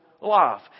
life